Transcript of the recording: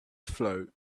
float